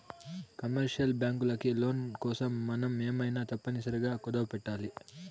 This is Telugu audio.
కమర్షియల్ బ్యాంకులకి లోన్ కోసం మనం ఏమైనా తప్పనిసరిగా కుదవపెట్టాలి